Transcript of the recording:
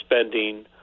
spending